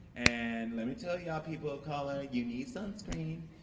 and let me tell y'all, people of color, you need sunscreen.